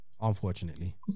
unfortunately